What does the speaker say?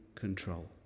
control